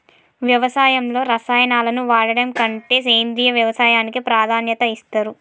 వ్యవసాయంలో రసాయనాలను వాడడం కంటే సేంద్రియ వ్యవసాయానికే ప్రాధాన్యత ఇస్తరు